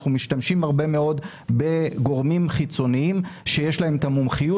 אנחנו משתמשים הרבה מאוד בגורמים חיצוניים שיש להם את המומחיות